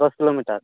ᱫᱚᱥ ᱠᱤᱞᱚᱢᱤᱴᱟᱨ